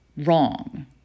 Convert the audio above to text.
Wrong